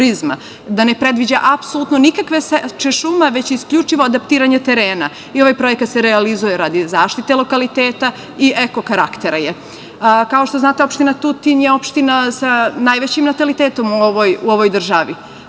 da ne predviđa apsolutno nikakve seče šuma, već isključivo adaptiranje terena. Ovaj projekat se realizuje radi zaštite lokaliteta, i eko karaktera je. Kao što znate, opština Tutin je opština sa najvećim natalitetom u ovoj državi